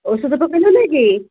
ଔଷଧ ପକାଇଲୁ ନାହିଁ କି